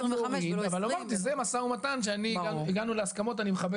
אבל אמרתי זה משא ומתן שאני עד שהגענו להסכמות אז אני מכבד